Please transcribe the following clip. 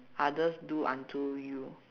others do unto you